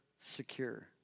secure